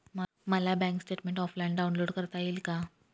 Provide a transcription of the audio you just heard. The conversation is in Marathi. मला बँक स्टेटमेन्ट ऑफलाईन डाउनलोड करता येईल का?